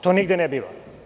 To nigde ne biva.